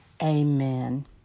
Amen